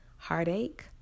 Heartache